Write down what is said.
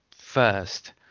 first